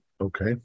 Okay